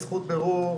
יש זכות בירור,